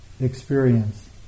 experience